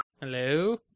Hello